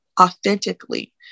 authentically